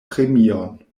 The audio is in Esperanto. premion